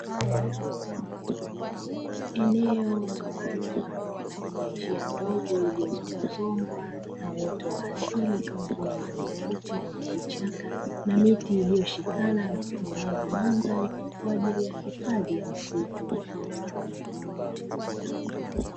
Eneo la wazi ni njia ndogo iliyo zongwazongwa na uoto wa asili, kama vile nyasi fupi, vichaka na miti iliyoshikila na kutengeneza mandhari kwa ajili ya hifadhi ya msitu.